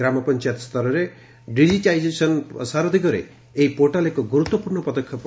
ଗ୍ରାମପଞାୟତ ସ୍ତରରେ ଡିଜିଟାଇଜେସନ୍ର ପ୍ରସାର ଦିଗରେ ଏହି ପୋର୍ଟାଲ୍ ଏକ ଗୁରୁତ୍ୱପୂର୍ଣ୍ଣ ପଦକ୍ଷେପ